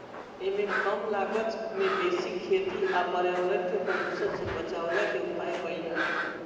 एमे कम लागत में बेसी खेती आ पर्यावरण के प्रदुषण से बचवला के उपाय कइल जाला